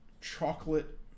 chocolate